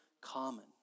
common